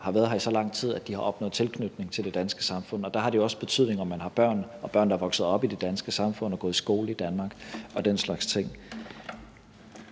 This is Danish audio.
har været her i så lang tid, at de har opnået tilknytning til det danske samfund, og der har det jo også have betydning, om man har børn, der er vokset op i det danske samfund og har gået i skole i Danmark, og den slags ting.